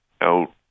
out